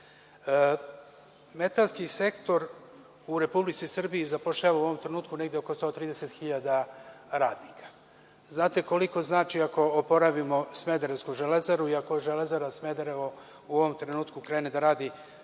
Metalski sektor u Republici Srbiji zapošljava u ovom trenutku negde oko 130.000 radnika. Znate li koliko znači ako oporavimo smederevsku Železaru i ako Železara Smederevo u ovom trenutku krene da radi